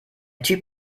typ